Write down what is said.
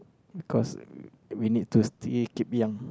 because we need to still keep young